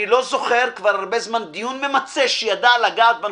אני לא זוכר כבר הרבה זמן דיון ממצה שידע לדעת בנקודות.